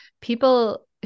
people